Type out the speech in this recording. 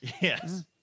Yes